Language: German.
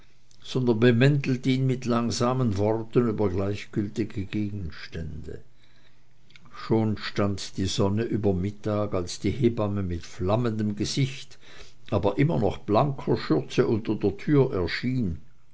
sondern bemäntelt ihn mit langsamen worten über gleichgültige gegenstände schon stand die sonne überem mittag als die hebamme mit flammendem gesicht aber immer noch blanker schürze unter der türe erschien